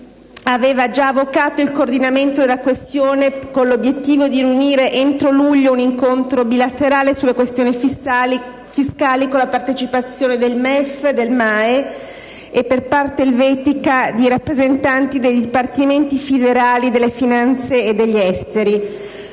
aveva già avocato il coordinamento della questione, con l'obiettivo di riunire entro luglio un incontro bilaterale sulle questioni fiscali, con la partecipazione del MEF, del MAE e, per parte elvetica, di rappresentanti dei Dipartimenti federali delle finanze e degli esteri.